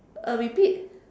uh repeat